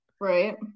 Right